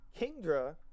Kingdra